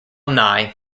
nye